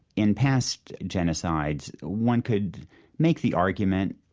in past genocides, one could make the argument,